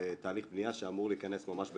בתהליך בנייה שאמור להיכנס ממש בקרוב.